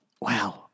wow